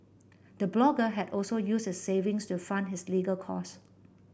the blogger had also used his saving to fund his legal cost